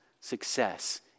success